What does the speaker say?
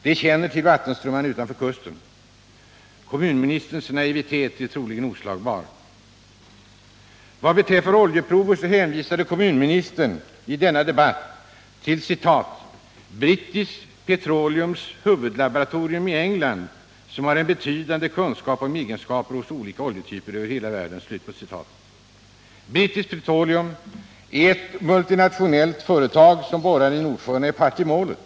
De känner till vattenströmmarna utanför kusten. Kommunministerns naivitet är troligen oslagbar. Vad beträffar oljeprover hänvisade kommunministern i debatten bl.a. till ”British Petroleums huvudlaboratorium i England, som har en betydande kunskap om egenskaper hos olika oljetyper över hela världen”. British Petroleum är ett multinationellt företag, som borrar i Nordsjön och är part i målet.